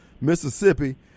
Mississippi